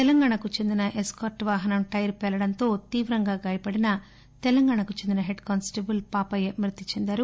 తెలంగాణ కు చెందినఎస్కార్ల్ వాహనం టైర్ పేలడం తో తీవ్రంగా గాయపడినతెలంగాణ కు చెందిన హెడ్ కానిస్టబుల్ పాపయ్య మృతి చెందారు